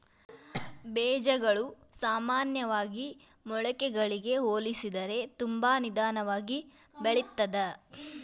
ಬೇಜಗಳು ಸಾಮಾನ್ಯವಾಗಿ ಮೊಳಕೆಗಳಿಗೆ ಹೋಲಿಸಿದರೆ ತುಂಬಾ ನಿಧಾನವಾಗಿ ಬೆಳಿತ್ತದ